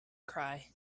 cry